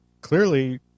clearly